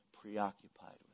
preoccupied